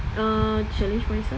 ah to challenge myself